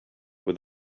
with